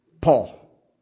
Paul